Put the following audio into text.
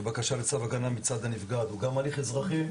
בקשה לצו הגנה מצד הנפגעת הוא גם הליך אזרחי,